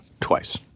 twice